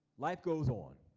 life goes on.